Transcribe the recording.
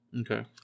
okay